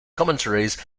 commentaries